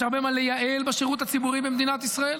יש הרבה מה לייעל בשירות הציבורי במדינת ישראל,